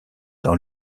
dans